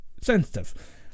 sensitive